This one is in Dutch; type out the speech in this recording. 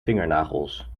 vingernagels